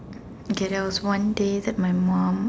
okay there was one day that my mum